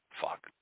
Fuck